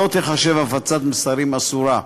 לא תיחשב הפצת מסרים אסורה.